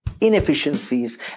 inefficiencies